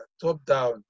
top-down